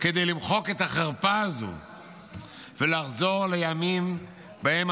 כדי למחוק את החרפה הזו ולחזור לימים שבהם